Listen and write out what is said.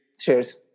cheers